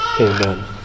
amen